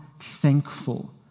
thankful